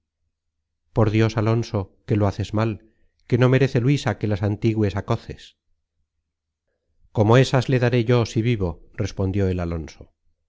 por dios alonso que lo haces mal que no merece luisa que la santigües á coces content from google book search generated at como ésas le daré yo si vivo respondió el alonso